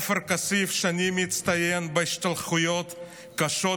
עופר כסיף הצטיין שנים בהשתלחויות קשות